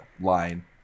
line